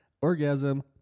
Orgasm